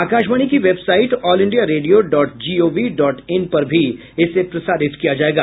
आकाशवाणी की website All India Radio dot gov dot in पर भी इसे प्रसारित किया जाएगा